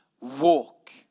walk